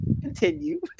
continue